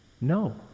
No